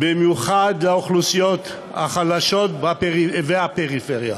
במיוחד לאוכלוסיות החלשות ולפריפריה,